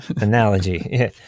analogy